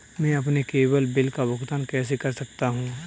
मैं अपने केवल बिल का भुगतान कैसे कर सकता हूँ?